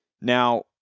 Now